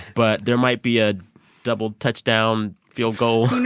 but there might be a double-touchdown-field-goal who